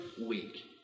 week